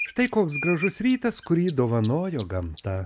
štai koks gražus rytas kurį dovanojo gamta